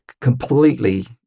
completely